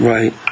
Right